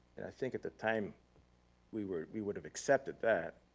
and i think at the time we would we would have accepted that.